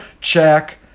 check